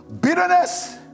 Bitterness